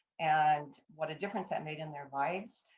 and what a difference it made in their lights.